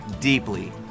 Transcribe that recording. deeply